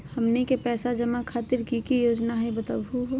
हमनी के पैसवा जमा खातीर की की योजना हई बतहु हो?